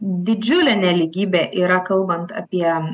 didžiulė nelygybė yra kalbant apie